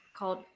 Called